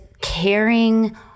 caring